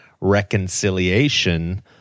reconciliation